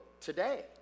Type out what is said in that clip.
today